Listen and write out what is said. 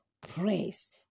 praise